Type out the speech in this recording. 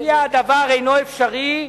ולפיה הדבר אינו אפשרי,